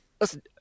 Listen